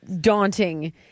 daunting